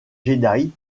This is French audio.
jedi